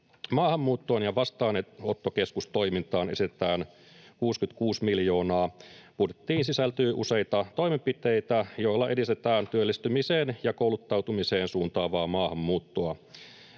Maahanmuuttoon ja vastaanottokeskustoimintaan esitetään 66 miljoonaa. Budjettiin sisältyy useita toimenpiteitä, joilla edistetään työllistymiseen ja kouluttautumiseen suuntaavaa maahanmuuttoa.